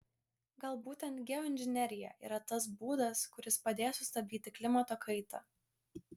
gal būtent geoinžinerija yra tas būdas kuris padės sustabdyti klimato kaitą